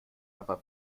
aber